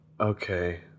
Okay